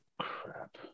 Crap